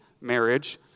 marriage